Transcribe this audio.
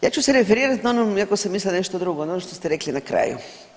Ja ću se referirat na ono iako sam mislila nešto drugo, na ono što ste rekli na kraju.